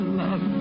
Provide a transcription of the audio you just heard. love